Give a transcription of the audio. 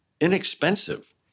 inexpensive